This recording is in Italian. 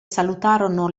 salutarono